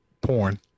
Porn